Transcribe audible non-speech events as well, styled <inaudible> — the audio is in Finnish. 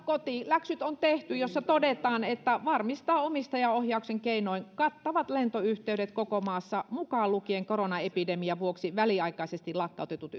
kotiläksyt on tehty jossa edellytetään että hallitus varmistaa omistajaohjauksen keinoin kattavat lentoyhteydet koko maassa mukaan lukien koronaepidemian vuoksi väliaikaisesti lakkautetut <unintelligible>